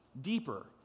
deeper